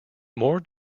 more